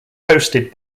hosted